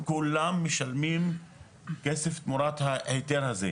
כולם משלמים כסף תמורת ההיתר הזה,